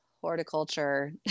horticulture